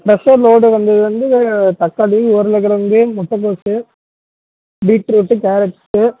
ஃப்ரெஷ்ஷாக லோடு வந்தது வந்து தக்காளி உருளைக்கெலங்கு முட்டைகோசு பீட்ரூட்டு கேரட்டு